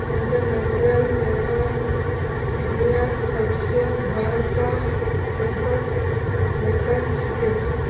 international Paper दुनियार सबस बडका पेपर मेकर छिके